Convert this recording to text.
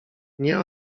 nie